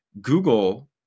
Google